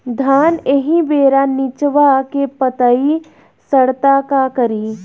धान एही बेरा निचवा के पतयी सड़ता का करी?